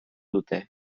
dute